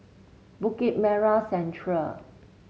Bukit Merah Central